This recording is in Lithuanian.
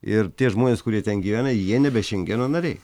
ir tie žmonės kurie ten gyvena jie nebe šengeno nariai